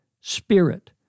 Spirit